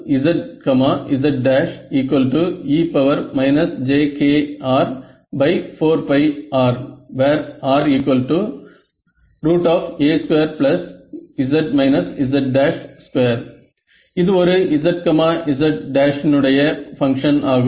Gzze jkR 4R where Ra2z z2 இது ஒரு zz′ யினுடைய பங்ஷன் ஆகும்